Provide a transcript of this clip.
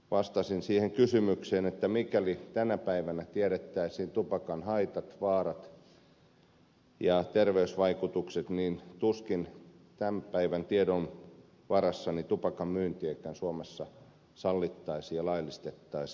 vastasin siihen kysymykseen että mikäli tänä päivänä tiedettäisiin tupakan haitat vaarat ja terveysvaikutukset niin tuskin tämän päivän tiedon varassa tupakan myyntiäkään suomessa sallittaisiin ja laillistettaisiin